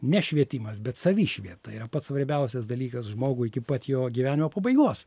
ne švietimas bet savišvieta yra pats svarbiausias dalykas žmogui iki pat jo gyvenimo pabaigos